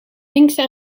linkse